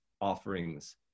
offerings